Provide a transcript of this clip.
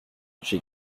j’ai